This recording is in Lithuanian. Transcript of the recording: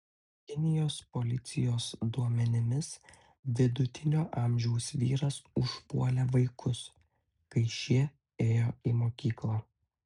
kinijos policijos duomenimis vidutinio amžiaus vyras užpuolė vaikus kai šie ėjo į mokyklą